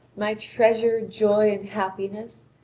my treasure, joy, and happiness,